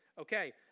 Okay